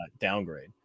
downgrade